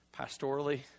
pastorally